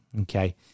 okay